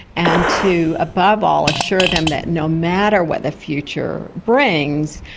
and to, above all, assure them that no matter what the future brings,